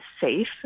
safe